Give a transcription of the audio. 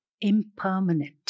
impermanent